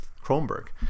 Kronberg